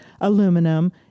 aluminum